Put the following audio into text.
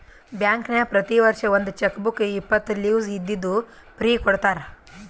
ಬ್ಯಾಂಕ್ನಾಗ್ ಪ್ರತಿ ವರ್ಷ ಒಂದ್ ಚೆಕ್ ಬುಕ್ ಇಪ್ಪತ್ತು ಲೀವ್ಸ್ ಇದ್ದಿದ್ದು ಫ್ರೀ ಕೊಡ್ತಾರ